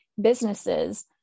businesses